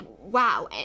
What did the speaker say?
wow